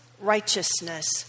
righteousness